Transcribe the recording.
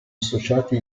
associati